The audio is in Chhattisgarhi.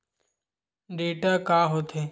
डेटा का होथे?